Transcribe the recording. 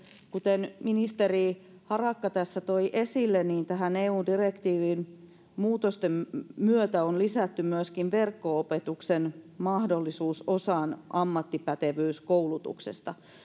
kuten ministeri harakka tässä toi esille niin tähän eun direktiiviin muutosten myötä on lisätty myöskin verkko opetuksen mahdollisuus osaan ammattipätevyyskoulutuksesta